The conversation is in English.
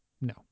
no